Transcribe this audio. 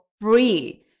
free